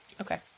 Okay